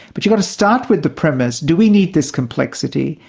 but you've got to start with the premise do we need this complexity?